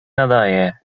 nadaję